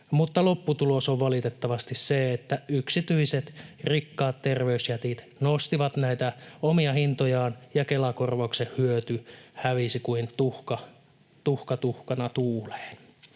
mutta lopputulos on valitettavasti se, että yksityiset rikkaat terveysjätit nostivat omia hintojaan ja Kela-korvauksen hyöty hävisi kuin tuhka tuhkana tuuleen.